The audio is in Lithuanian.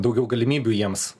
daugiau galimybių jiems